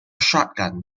shotgun